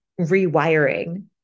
rewiring